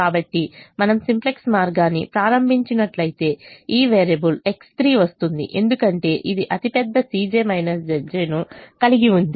కాబట్టి మనము సింప్లెక్స్ మార్గాన్ని ప్రారంభించినట్లయితే ఈ వేరియబుల్ X3 వస్తుంది ఎందుకంటే ఇది అతిపెద్ద ను కలిగి ఉంది